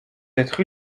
être